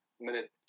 minute